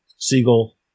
Siegel